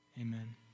Amen